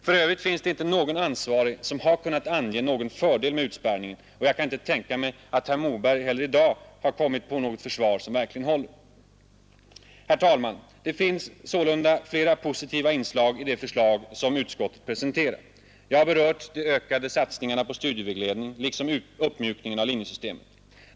För övrigt finns det inte någon ansvarig som har kunnat ange någon fördel med utspärrningen, och jag kan inte tänka mig att herr Moberg heller i dag har kommit på något försvar som verkligen håller. Herr talman! Det finns sålunda flera positiva inslag i det förslag som utskottet presenterar. Jag har berört de ökade satsningarna på studievägledning liksom uppmjukningen av linjesystemet.